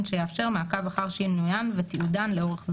שיאפשר מעקב אחר שינוין ותיעודן לאורך זמן".